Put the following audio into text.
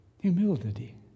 Humility